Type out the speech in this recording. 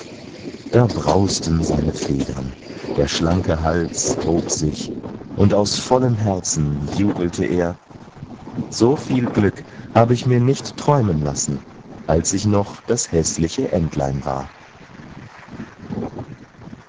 da brausten seine federn der schlanke hals hob sich und aus vollem herzen jubelte er so viel glück habe ich mir nicht träumen lassen als ich noch das häßliche entlein war